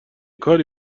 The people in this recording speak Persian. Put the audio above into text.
کاری